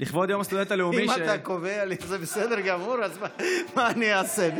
אם אתה קובע לי שזה בסדר גמור אז מה אני אעשה?